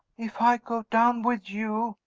if i go down with you,